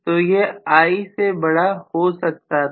तो यह I से बड़ा हो सकता था